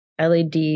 LED